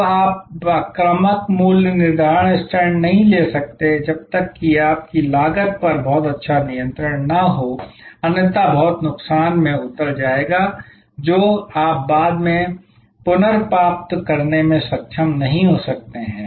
अब आप आक्रामक मूल्य निर्धारण स्टैंड नहीं ले सकते जब तक कि आपकी लागत पर बहुत अच्छा नियंत्रण न हो अन्यथा बहुत नुकसान में उतर जाएगा जो आप बाद में पुनर्प्राप्त करने में सक्षम नहीं हो सकते हैं